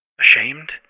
Ashamed